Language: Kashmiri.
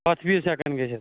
ہَتھ پیٖس ہٮ۪کَن گٔژھِتھ